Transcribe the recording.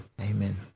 Amen